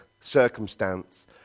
circumstance